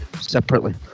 separately